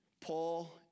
Paul